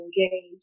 Engage